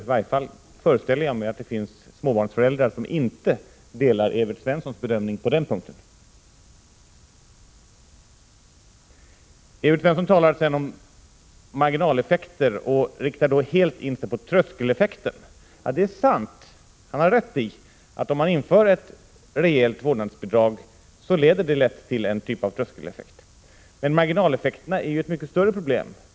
I varje fall föreställer jag mig att det finns småbarnsföräldrar som inte delar Evert Svenssons bedömning på den punkten. Evert Svensson talar sedan om marginaleffekter och riktar då helt in sig på tröskeleffekten. Han har rätt i att om man inför ett rejält vårdnadsbidrag så leder det lätt till en typ av tröskeleffekt. Men marginaleffekterna är ett mycket större och vidare problem.